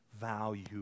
value